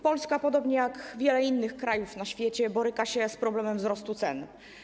Polska, podobnie jak wiele innych krajów na świecie, boryka się z problemem wzrostu cen.